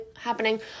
happening